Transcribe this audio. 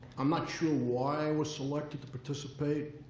i'm not sure why i was selected to participate.